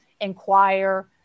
inquire